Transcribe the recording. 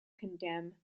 condemn